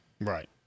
Right